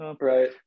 right